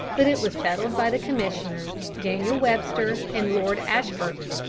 but it was settled by the commissioners, daniel webster and lord ashburton.